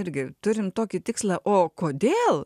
irgi turim tokį tikslą o kodėl